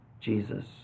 Jesus